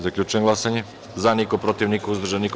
Zaključujem glasanje: za – niko, protiv – niko, uzdržan – niko.